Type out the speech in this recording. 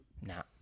Nah